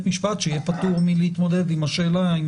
משפט שיהיה פטור מלהתמודד עם השאלה אם